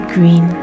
Green